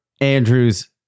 Andrews